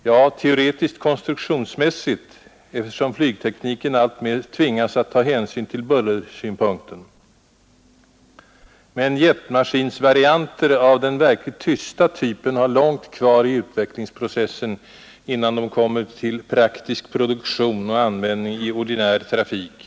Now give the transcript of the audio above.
Ja, teoretiskt konstruktionsmässigt, eftersom flygtekniken alltmer tvingas att ta hänsyn till bullersynpunkten. Men jetmaskinsvarianter av den ”tysta” typen har långt kvar i utvecklingsprocessen innan de kommer till praktisk produktion och användning i ordinär trafik.